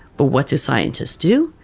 but what do scientists do?